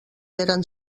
eren